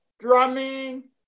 Drumming